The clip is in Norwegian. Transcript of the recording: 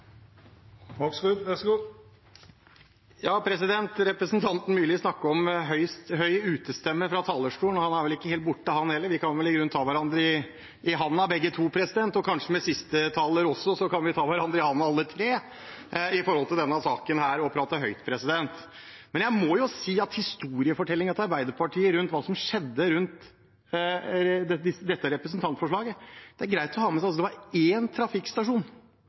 vel ikke helt borte han heller. Vi kan vel i grunnen ta hverandre i hånden begge to, og kanskje siste taler også. Vi kan ta hverandre i hånden alle tre, når det gjelder denne saken og å prate høyt. Men jeg må si noe til historiefortellingen til Arbeiderpartiet om hva som skjedde rundt dette representantforslaget. Det er greit å ha med seg at det var én trafikkstasjon